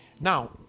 Now